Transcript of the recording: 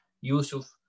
Yusuf